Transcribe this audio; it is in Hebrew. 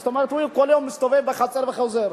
זאת אומרת, כל יום הוא מסתובב בחצר וחוזר.